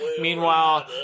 Meanwhile